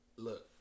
Look